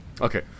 Okay